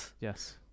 Yes